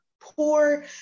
poor